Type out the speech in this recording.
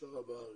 המשטרה בארץ.